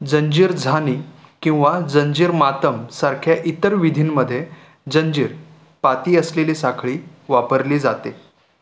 जंजीर झानी किंवा जंजिर मातम सारख्या इतर विधींमध्ये जंजीर पाती असलेली साखळी वापरली जाते